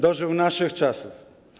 Dożył naszych czasów.